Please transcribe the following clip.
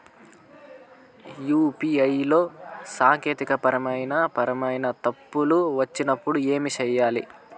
UPI లో సాంకేతికపరమైన పరమైన తప్పులు వచ్చినప్పుడు ఏమి సేయాలి